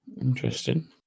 Interesting